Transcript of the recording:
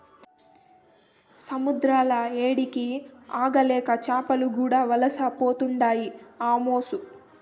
సముద్రాల ఏడికి ఆగలేక చేపలు కూడా వలసపోతుండాయి కామోసు